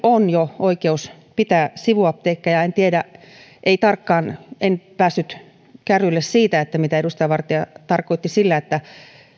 on jo oikeus pitää sivuapteekkeja en tarkkaan päässyt kärryille siitä mitä edustaja vartia tarkoitti sillä että